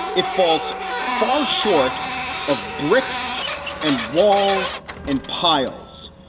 it falls far short of bricks and walls and piles.